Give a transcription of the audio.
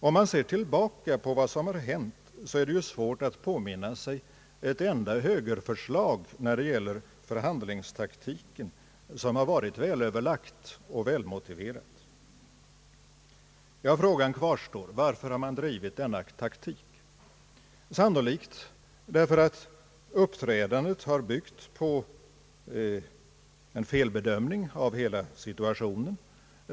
Om man ser tillbaka på vad som hänt, är det svårt att påminna sig ett enda högerförslag när det gäller vår förhandlingstaktik som varit välöverlagt och välmotiverat. Frågan kvarstår: Varför har man drivit denna taktik? Sannolikt för att uppträdandet byggt på en felbedömning av hela situationen.